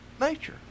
nature